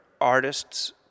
artists